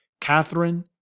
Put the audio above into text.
Catherine